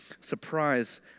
surprise